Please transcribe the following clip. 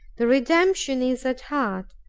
the redemption is at hand.